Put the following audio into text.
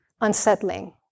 unsettling